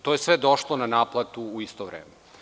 To je sve došlo na naplatu u isto vreme.